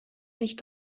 nicht